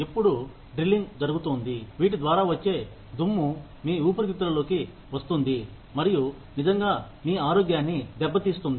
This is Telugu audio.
ఎప్పుడు డ్రిల్లింగ్ జరుగుతోంది వీటి ద్వారా వచ్చే దుమ్ము మీ ఊపిరితిత్తులలోకి వస్తుంది మరియు నిజంగా మీ ఆరోగ్యాన్ని దెబ్బతీస్తుంది